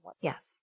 Yes